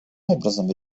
образом